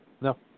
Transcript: No